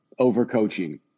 Overcoaching